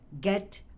get